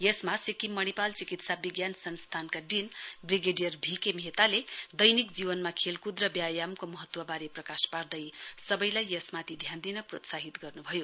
यसमा सिक्किम मणिपाल चिकित्सा विज्ञान संस्थानका डीन व्रिगेडियर भी के मेहताले दैनिक जीवनमा खेलकुद र ब्यायामको महत्ववारे प्रकाश पार्दै सवैलाई यसमाथि ध्यान दिन प्रोत्साहित गर्नुभयो